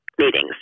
meetings